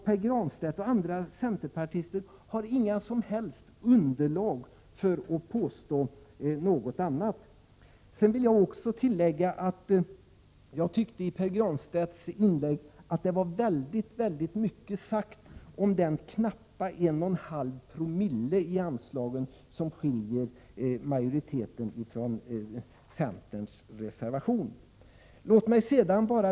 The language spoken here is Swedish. Pär Granstedt och andra centerpartister har inga som helst underlag för att kunna påstå något annat. Jag vill tillägga att i Pär Granstedts inlägg sades det mycket om knappt en och en halv promille i anslagen som skiljer majoritetens förslag från centerns reservationer.